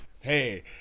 Hey